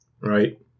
Right